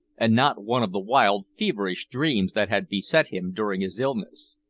and not one of the wild feverish dreams that had beset him during his illness.